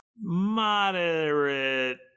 Moderate